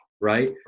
Right